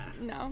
No